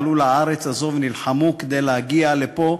עלו לארץ הזאת ונלחמו כדי להגיע לפה,